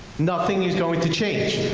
nothing is going to change.